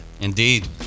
Indeed